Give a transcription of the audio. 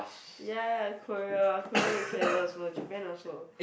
ya ya Korea ah Korea they clever Japan also